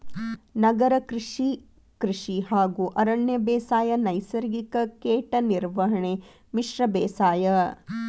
ನಗರ ಕೃಷಿ, ಕೃಷಿ ಹಾಗೂ ಅರಣ್ಯ ಬೇಸಾಯ, ನೈಸರ್ಗಿಕ ಕೇಟ ನಿರ್ವಹಣೆ, ಮಿಶ್ರ ಬೇಸಾಯ